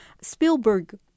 Spielberg